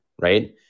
Right